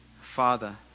Father